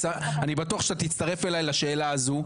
אני בטוח שאתה תצטרף אליי לשאלה הזו,